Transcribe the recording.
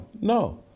No